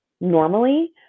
normally